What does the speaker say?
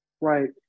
right